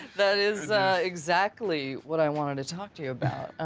that is exactly what i wanted to talk to you about.